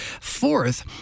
Fourth